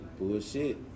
Bullshit